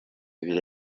biri